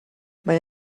mae